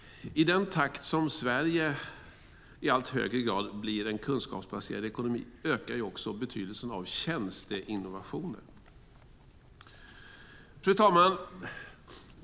I den takt som Sverige i allt högre grad blir en kunskapsbaserad ekonomi ökar också betydelsen av tjänsteinnovationer. Fru talman!